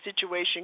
situation